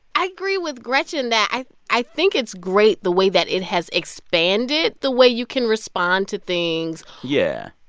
i agree with gretchen that i i think it's great the way that it has expanded, the way you can respond to things. yeah.